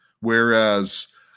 Whereas